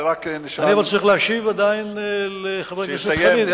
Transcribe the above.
אני עוד צריך להשיב לחבר הכנסת חנין,